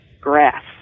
grass